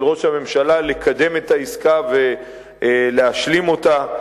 ראש הממשלה לקדם את העסקה ולהשלים אותה.